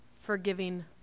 forgiving